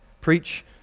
preach